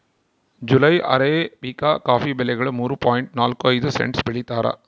July arabica coffee ಬೆಲೆಗಳು ಮೂರು point ನಾಲ್ಕು ಐದು ಸೆಂಟ್ಸ್ ಬೆಳೀತಾರ